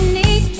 need